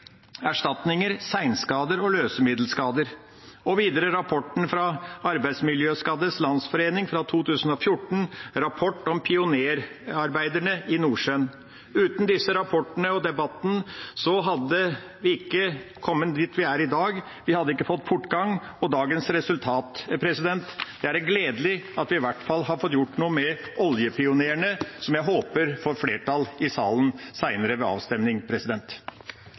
erstatninger, senskader og løsemiddelskader. Videre er det rapporten fra Arbeidsmiljøskaddes Landsforening fra 2014, Pioneroljearbeiderne i Nordsjøen. Uten disse rapportene og debatten hadde vi ikke kommet dit vi er i dag. Vi hadde ikke fått fortgang og dagens resultat. Det er gledelig at vi i hvert fall har fått gjort noe for oljepionerene, som jeg håper får flertall i salen ved avstemming seinere.